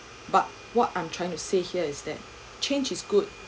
but what I'm trying to say here is that change is good